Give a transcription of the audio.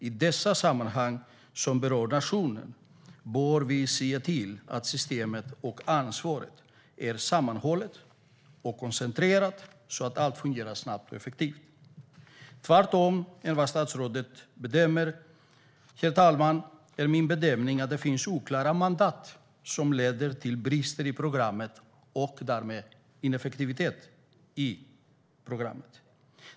I dessa sammanhang som berör nationen bör vi se till att systemet och ansvaret är sammanhållet och koncentrerat, så att allt fungerar snabbt och effektivt. I motsats till statsrådet, herr talman, gör jag bedömningen att det finns oklara mandat som leder till brister i programmet och därmed ineffektivitet i programmet.